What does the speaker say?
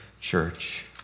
church